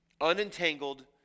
unentangled